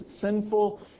sinful